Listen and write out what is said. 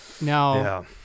Now